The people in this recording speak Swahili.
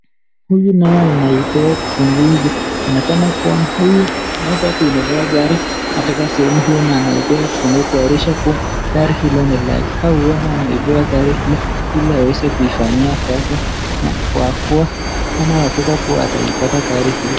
Huyu naye anaipea kifunguo hivi. Inaonekana kuwa huyu anaweza kuinunua gari. Ataka sehemu huyo na anaipea kifunguo kueleza kuwa gari hilo ni lake. Hao huenda anaipea gari hilo ila aweze kuifanyia kazi na kwa kuwa hana uhakika kuwa ataipata gari.